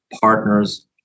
partners